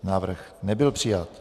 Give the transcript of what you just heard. Návrh nebyl přijat.